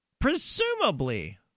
Presumably